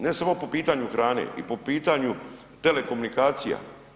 Ne samo po pitanju hrane i po pitanje telekomunikacija.